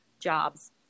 jobs